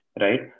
right